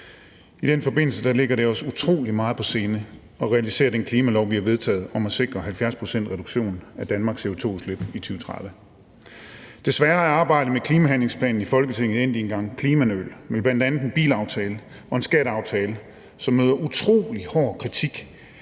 I den forbindelse ligger det os utrolig meget på sinde at realisere den klimalov, vi har vedtaget, om at sikre 70 pct.s reduktion af Danmarks CO2-udslip i 2030. Desværre er arbejdet med klimahandlingsplanen i Folketinget endt i en gang klimanøl med bl.a. en bilaftale og en skatteaftale, som møder utrolig hård kritik